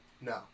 No